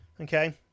Okay